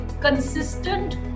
consistent